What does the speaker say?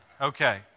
Okay